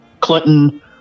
Clinton